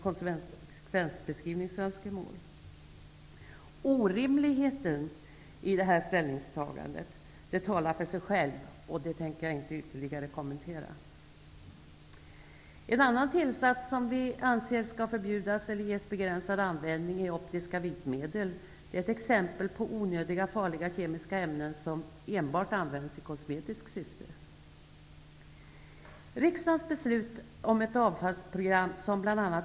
Orimligheten i ett sådant här ställningstagande talar för sig själv och behöver inte ytterligare kommenteras. En annan typ av tillsatser som vi anser skall förbjudas eller ges begränsad användning är optiska vitmedel, som är ett exempel på onödiga farliga kemiska ämnen som enbart används i kosmetiskt syfte.